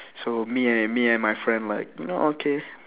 so me and me and my friend like you know okay